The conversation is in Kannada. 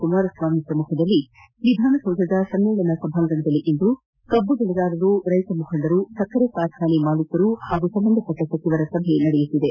ಕುಮಾರಸ್ವಾಮಿ ಸಮ್ಮಖದಲ್ಲಿ ವಿಧಾನಸೌಧದ ಸಮ್ಮೇಳನಾ ಸಭಾಂಗಣದಲ್ಲಿಂದು ಕಬ್ಬು ದೆಳೆಗಾರರು ರೈತ ಮುಖಂಡರು ಸಕ್ಕರೆ ಕಾರ್ಖಾನೆ ಮಾಲೀಕರು ಪಾಗೂ ಸಂಬಂಧಪಟ್ಟ ಸಚಿವರ ಸಭೆ ನಡೆಯುತ್ತಿದೆ